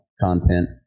content